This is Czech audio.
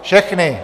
Všechny!